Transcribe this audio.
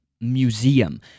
museum